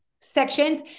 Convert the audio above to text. sections